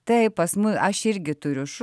aš irgi turiu šunį ir ne jokios ne